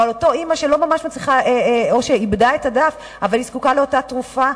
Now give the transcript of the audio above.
או על אותה אמא שאיבדה את הדף אבל היא זקוקה לאותה תרופה,